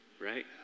right